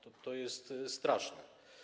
To jest straszne.